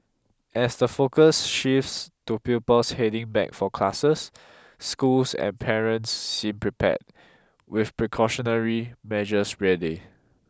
as the focus shifts to pupils heading back for classes schools and parents seem prepared with precautionary measures ready